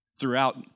Throughout